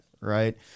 right